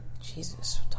Jesus